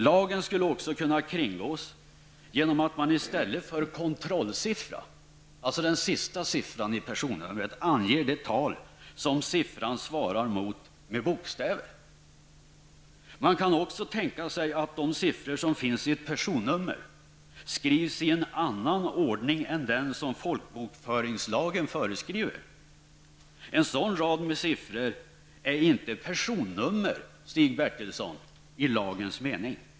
Lagen skulle också kunna kringgås genom att man i stället för kontrollsiffra, dvs. den sista siffran i personnummret, anger det tal som siffran svarar mot med bokstäver. Man kan också tänka sig att de siffror som finns i ett personnummer skrivs i en annan ordning än den som folkbokföringslagen föreskriver. En sådan rad med siffror är inte personnummer, Stig Bertilsson, i lagens mening.